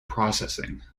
processing